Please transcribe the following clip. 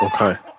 Okay